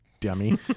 dummy